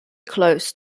close